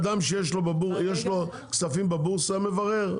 אדם שיש לו כספים בבורסה מברר,